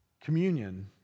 communion